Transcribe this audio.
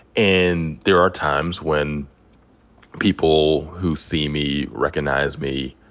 and there are times when people who see me, recognize me,